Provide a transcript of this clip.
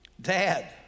Dad